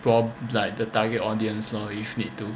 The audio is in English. probably the target audience lor if need to